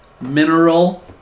Mineral